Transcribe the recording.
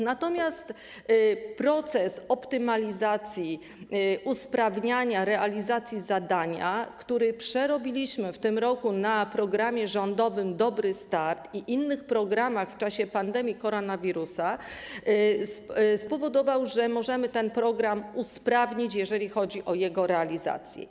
Natomiast proces optymalizacji, usprawniania realizacji zadania, który przerobiliśmy w tym roku w związku z programem rządowym „Dobry start” i innych programów w czasie pandemii koronawirusa, spowodował, że możemy ten program usprawnić, jeżeli chodzi o jego realizację.